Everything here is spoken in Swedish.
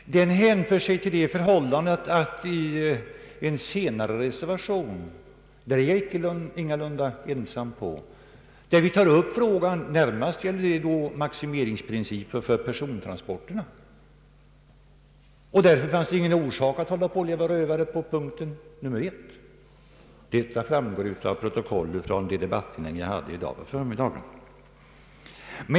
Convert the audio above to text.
Det hänför sig till det förhållandet att i en senare reservation, som jag ingalunda är ensam om, tar vi upp frågan. Närmast gäller det maximeringsprincipen för persontransporterna. Därför finns det ingen orsak att leva rövare beträffande punkten 1. Detta framgår av protokollet Ang. regionalpolitiken från det debattinlägg jag gjorde i dag på förmiddagen.